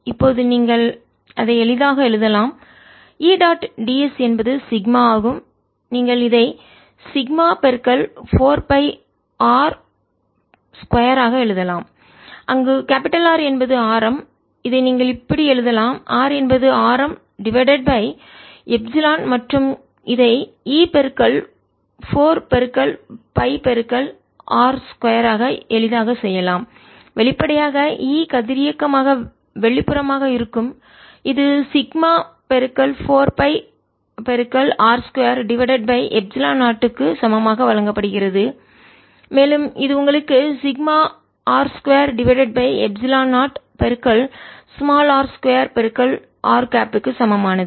இப்போது நீங்கள் அதை எளிதாக எழுதலாம் E டாட் ds என்பது சிக்மா ஆகும் நீங்கள் இதை சிக்மா 4 பை R 2 ஆக எழுதலாம் அங்கு R என்பது ஆரம் நீங்கள் இதை இப்படி எழுதலாம் R என்பது ஆரம் டிவைடட் பை எப்சிலன் மற்றும் இதை E 4 பை R 2 ஆக எளிதாக செய்யலாம் வெளிப்படையாக E கதிரியக்கமாக வெளிப்புறமாக இருக்கும் இது sigma 4 pi R 2 divided by epsilon 0 வுக்கு சமமாக வழங்கப்படுகிறது மேலும் இது உங்களுக்கு சிக்மாR2 divided by epsilon 0 r 2r cap க்கு சமமானது